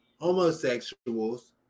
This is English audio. homosexuals